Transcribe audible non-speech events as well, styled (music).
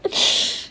(breath)